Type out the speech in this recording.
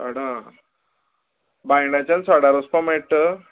सडा बांयणाच्यान साडार वचपा मेळटा तर